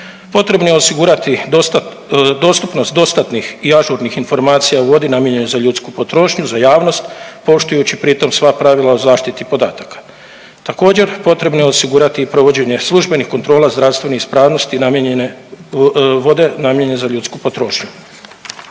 Potrebno je osigurati dostupnost dostatnih i ažurnih informacija o vodi namijenjenom za ljudsku potrošnju za javnost poštujući pri tom sva pravila o zaštiti podataka. Također potrebno je osigurati i provođenje službenih kontrola zdravstvene ispravnosti vode namijenjene za ljudsku potrošnju.